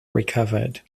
recovered